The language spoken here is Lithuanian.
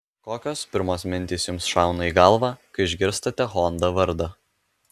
kokios pirmos mintys jums šauna į galvą kai išgirstate honda vardą